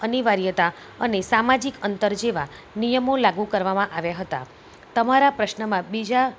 અ અનિવાર્યતા અને સામાજિક અંતર જેવા નિયમો લાગુ કરવામાં આવ્યા હતા તમારા પ્રશ્નમાં બીજા